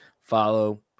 follow